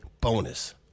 bonus